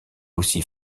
aussi